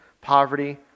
poverty